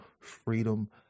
freedom